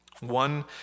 One